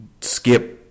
skip